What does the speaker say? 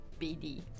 BD